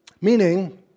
Meaning